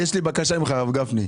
יש לי בקשה ממך הרב גפני.